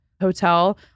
hotel